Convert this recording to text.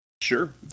Sure